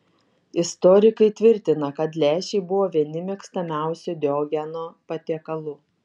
istorikai tvirtina kad lęšiai buvo vieni mėgstamiausių diogeno patiekalų